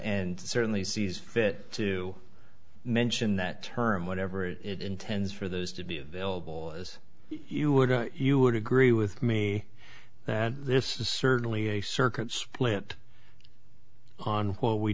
nd certainly sees fit to mention that term whatever it intends for those to be available as you would you would agree with me that this is certainly a circuit split on what we